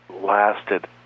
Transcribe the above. lasted